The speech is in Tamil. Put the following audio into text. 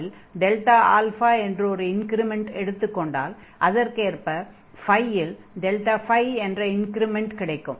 இல் என்ற ஒரு இன்க்ரிமென்ட் எடுத்துக் கொண்டால் அதற்கேற்ப இல் ΔΦ என்ற இன்க்ரிமென்ட் கிடைக்கும்